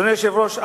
אדוני היושב-ראש,